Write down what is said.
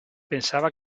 pensaba